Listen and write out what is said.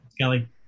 Kelly